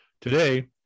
Today